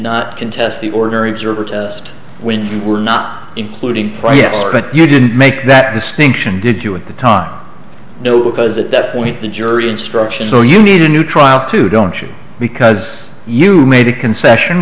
not contest the ordinary observer test when you were not including priority you didn't make that distinction did you at the time know because at that point the jury instruction so you need a new trial too don't you because you made a concession